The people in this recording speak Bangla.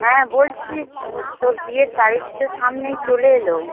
হ্যাঁ বলছি তোর বিয়ের তারিখ তো সামনেই চলে এলো